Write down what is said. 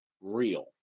real